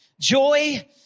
Joy